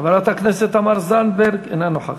חברת הכנסת תמר זנדברג, אינה נוכחת.